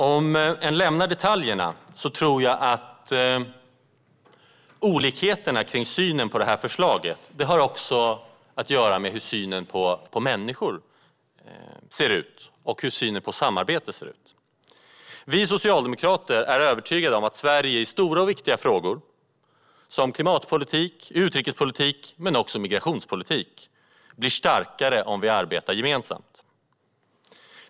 Om en lämnar detaljerna tror jag att olikheterna i synen på förslaget också har att göra med hur synen på människor och samarbete ser ut. Vi socialdemokrater är övertygade om att Sverige i stora och viktiga frågor som klimatpolitik och utrikespolitik, men också migrationspolitik, blir starkare om vi arbetar gemensamt.